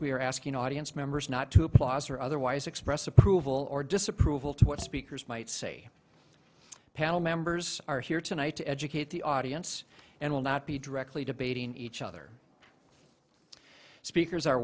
are asking audience members not to applause or otherwise express approval or disapproval to what speakers might say panel members are here tonight to educate the audience and will not be directly debating each other speakers are